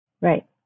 Right